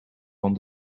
van